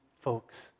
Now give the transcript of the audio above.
folks